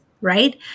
right